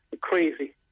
crazy